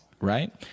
right